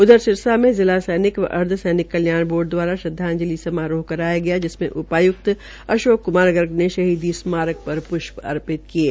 उधर सिरसा में जिला सैनिक व अर्धसैनिक कल्याण बोर्ड दवाराश्रदवाजंलि समारोह कराया गया जिसमें उपाय्क्त अशोक क्मार शर्मा ने शहीदी स्मारक पर प्ष्प अर्पित किये